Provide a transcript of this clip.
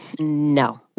No